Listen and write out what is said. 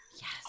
Yes